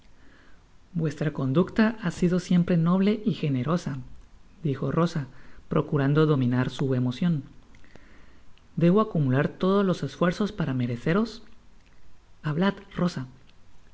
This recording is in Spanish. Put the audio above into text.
vuestra conducta ha sido siempre noble y generosa dijo rosa procurando dominar su emocion debo acumular todos los esfuerzos para mereceros hablad